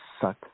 suck